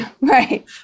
right